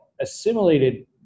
assimilated